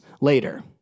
later